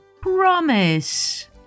promise